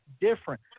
different